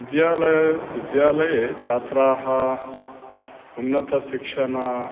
विद्यालये विद्यालये छात्राः उन्नतं शिक्षणम्